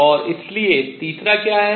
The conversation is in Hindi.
और इसलिए तीसरा क्या है